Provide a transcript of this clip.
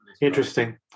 interesting